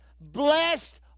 blessed